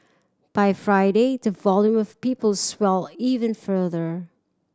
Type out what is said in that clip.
by Friday the volume of people swelled even further